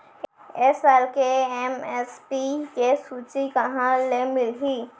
ए साल के एम.एस.पी के सूची कहाँ ले मिलही?